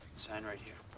sign right here.